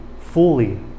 fully